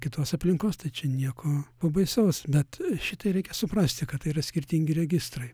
kitos aplinkos tai čia nieko pa baisaus bet šitai reikia suprasti kad tai yra skirtingi registrai